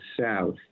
South